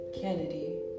Kennedy